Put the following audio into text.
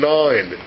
nine